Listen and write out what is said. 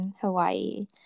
Hawaii